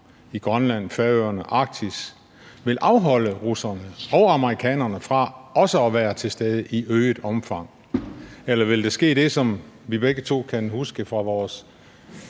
i Grønland, Færøerne, Arktis vil afholde russerne og amerikanerne fra også at være til stede i øget omfang? Eller vil der ske det, som vi begge to kan huske fra vores